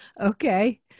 okay